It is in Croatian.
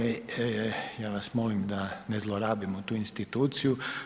Ja vas molim da ne zlorabimo tu instituciju.